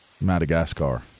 Madagascar